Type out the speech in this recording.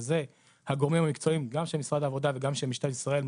שזה הגורמים המקצועיים גם של משרד העבודה וגם של משטרת ישראל,